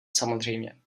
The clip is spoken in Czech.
samozřejmě